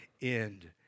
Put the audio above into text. end